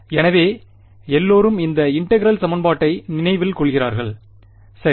எனவே எல்லோரும் இந்த இன்டெகிரெல் சமன்பாட்டை நினைவில் கொள்கிறார்கள் சரி